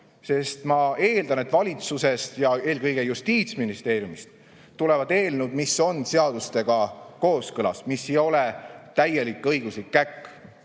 sest ma eeldan, et valitsusest ja eelkõige Justiitsministeeriumist tulevad eelnõud, mis on seadustega kooskõlas ja mis ei ole täielik õiguslik käkk.